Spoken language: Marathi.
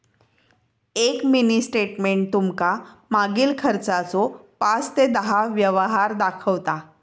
एक मिनी स्टेटमेंट तुमका मागील खर्चाचो पाच ते दहा व्यवहार दाखवता